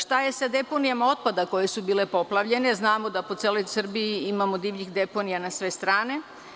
Šta je sa deponijama otpada koje su bile poplavljene jer znamo da po celoj Srbiji imamo divljih deponija na sve strane?